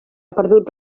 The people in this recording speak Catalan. perdut